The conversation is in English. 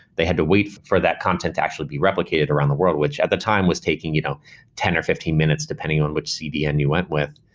they had to wait for that content actually be replicated around the world, which at the time was taking you know ten or fifteen minutes depending on which cdn you went with.